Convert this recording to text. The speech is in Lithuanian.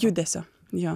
judesio jo